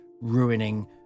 ruining